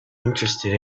interested